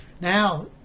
Now